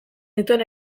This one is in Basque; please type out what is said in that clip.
dituen